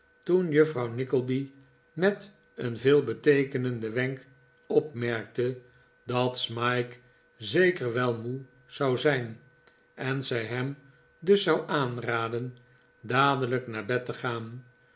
toen juffrouw nickleby met een veelbeteekenenden wenk opmerkte dat smike zeker wel moe zou zijn en zij hem dus zou aanraden dadelijk naar bed te gaan